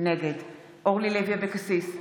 נגד אורלי לוי אבקסיס,